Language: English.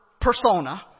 persona